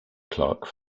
clerk